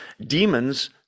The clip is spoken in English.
Demons